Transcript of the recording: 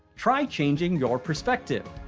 try changing your perspective!